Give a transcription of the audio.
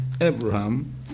Abraham